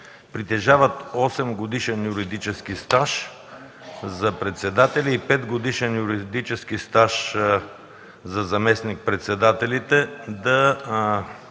притежават 8-годишен юридически стаж – за председателя, и 5-годишен юридически стаж – за заместник-председателите,